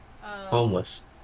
Homeless